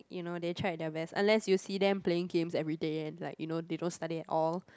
you know they tried their best unless you see them playing games everyday and like you know they don't study at all